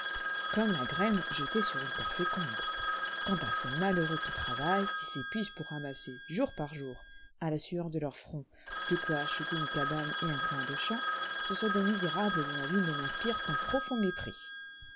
comme la graine jetée sur une terre féconde quant à ces malheureux qui travaillent qui s'épuisent pour amasser jour par jour à la sueur de leur front de quoi acheter une cabane et un coin de champ ce sont des misérables dont la vie ne m'inspire qu'un profond mépris